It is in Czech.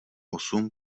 osm